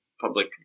public